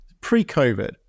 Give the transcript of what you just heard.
Pre-COVID